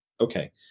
Okay